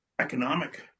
economic